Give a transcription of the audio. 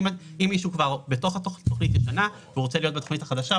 אם מישהו כבר בתוך התכנית הישנה ורוצה להיות בתכנית החדשה,